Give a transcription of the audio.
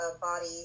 body